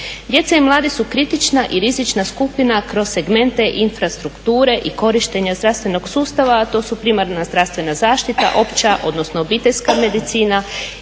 Djeca i mladi su kritična i rizična skupina kroz segmente infrastrukture i korištenja zdravstvenog sustava, a to su primarna zdravstvena zaštita, opća, odnosno obiteljska medicina